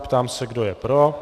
Ptám se, kdo je pro.